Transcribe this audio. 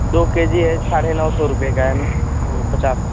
दो K G है साढ़े नौ सौ रुपये का पचास